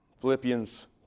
Philippians